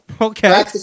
Okay